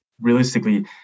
realistically